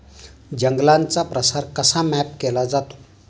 जंगलांचा प्रसार कसा मॅप केला जातो?